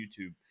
youtube